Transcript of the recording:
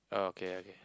oh okay okay